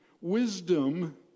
wisdom